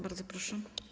Bardzo proszę.